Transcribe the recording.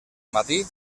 matí